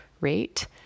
rate